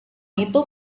itu